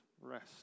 rest